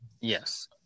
Yes